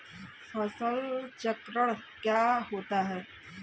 फसल चक्रण क्या होता है?